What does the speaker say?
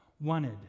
wanted